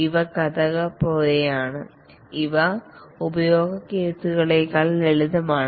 ഇവ കഥകൾ പോലെയാണ് ഇവ ഉപയോഗ കേസുകളേക്കാൾ ലളിതമാണ്